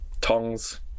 Tongs